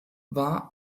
war